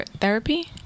therapy